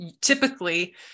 typically